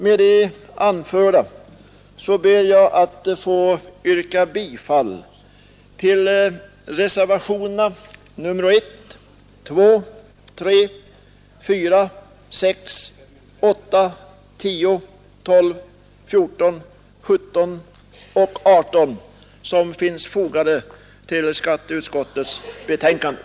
Med det anförda ber jag att få yrka bifall till de vid skatteutskottets betänkande nr 32 fogade reservationerna 1,2, 3, 4, 6, 8, 10, 12, 14, 17 och 18.